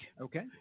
Okay